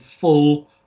full